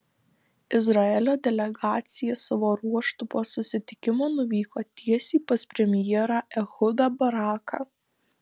izraelio delegacija savo ruožtu po susitikimo nuvyko tiesiai pas premjerą ehudą baraką